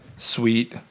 Sweet